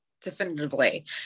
definitively